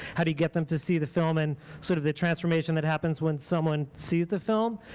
how do you get them to see the film, and sort of the transformation that happens when someone sees the film.